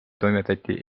toimetati